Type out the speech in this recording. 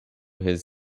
his